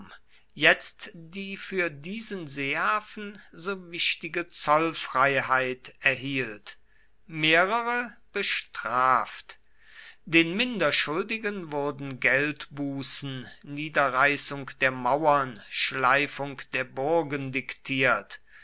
jetzt die für diesen seehafen so wichtige zollfreiheit erhielt mehrere bestraft den minder schuldigen wurden geldbußen niederreißung der mauern schleifung der burgen diktiert